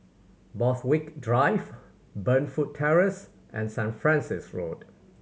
Borthwick Drive Burnfoot Terrace and Saint Francis Road